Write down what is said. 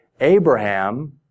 Abraham